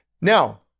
Now